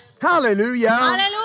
Hallelujah